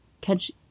catch